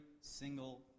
single